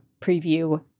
preview